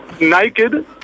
naked